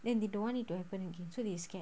then they don't want it to happen again so they scared